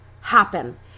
happen